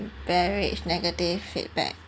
beverage negative feedback